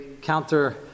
counter